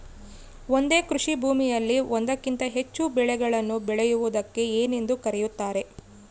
ಒಂದೇ ಕೃಷಿಭೂಮಿಯಲ್ಲಿ ಒಂದಕ್ಕಿಂತ ಹೆಚ್ಚು ಬೆಳೆಗಳನ್ನು ಬೆಳೆಯುವುದಕ್ಕೆ ಏನೆಂದು ಕರೆಯುತ್ತಾರೆ?